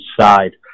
side